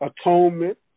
atonement